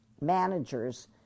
managers